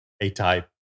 A-type